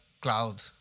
cloud